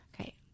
Okay